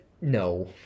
no